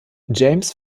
james